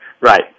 Right